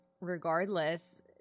regardless